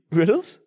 riddles